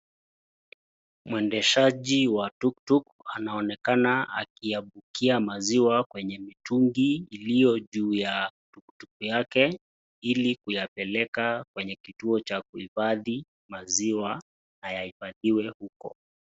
Mwendeshaji wa tuktuk anaonekana akiyamwagia maziwa kwenye mtungi iliyo juu ya tuktuk yake, ili kuyapeleka, kwenye kituo cha uhifadhi maziwa ayaifadhiwe uko.